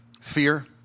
fear